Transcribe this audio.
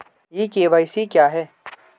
ई KYC क्या है?